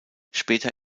später